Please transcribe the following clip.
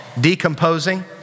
decomposing